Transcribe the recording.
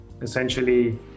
essentially